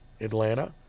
Atlanta